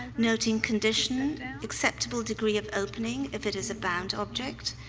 noting condition, acceptable degree of opening if it is a bound object,